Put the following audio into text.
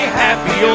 happy